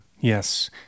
Yes